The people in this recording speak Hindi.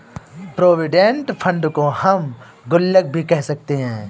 प्रोविडेंट फंड को हम गुल्लक भी कह सकते हैं